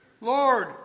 Lord